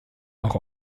auch